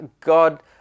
God